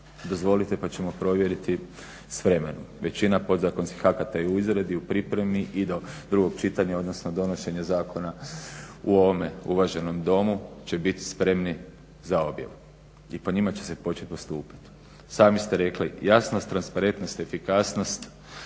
dozvolite pa ćemo provjeriti s vremenom. Većina podzakonskih akata je u izradi, u pripremi i do drugog čitanja, odnosno donošenja zakona u ovome uvaženom domu će bit spremni za objavu i po njima će se počet postupat. Sami ste rekli, jasna transparentnost, efikasnosti